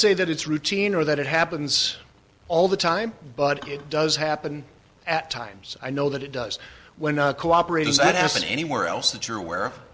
say that it's routine or that it happens all the time but it does happen at times i know that it does when a cooperative that has been anywhere else that you're